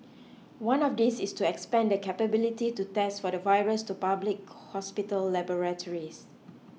one of these is to expand the capability to test for the virus to public hospital laboratories